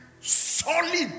solid